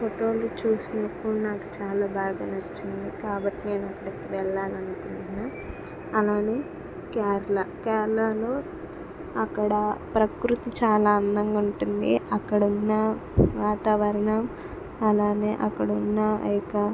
ఫోటోలో చూస్తున్నప్పుడు నాకు చాలా బాగా నచ్చింది కాబట్టి నేను అక్కడికి వెళ్ళాలని అనుకుంటున్నాను అలాగే కేరళ కేరళలో అక్కడ ప్రకృతి చాలా అందంగా ఉంటుంది అక్కడ ఉన్న వాతావరణం అలాగే అక్కడవున్న ఆ యొక్క